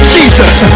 Jesus